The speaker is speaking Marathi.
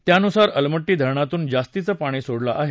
त्यानुसार अलमट्टी धरणातून जास्तीचं पाणी सोडलं आहे